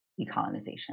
decolonization